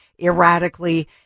erratically